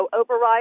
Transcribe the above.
override